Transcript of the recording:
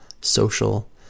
social